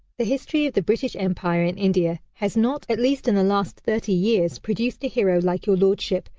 the history of the british empire in india has not, at least in the last thirty years, produced a hero like your lordship,